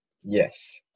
Yes